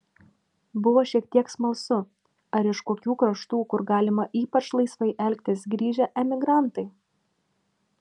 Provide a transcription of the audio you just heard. buvo šiek tiek smalsu ar iš kokių kraštų kur galima ypač laisvai elgtis grįžę emigrantai